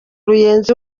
ruyenzi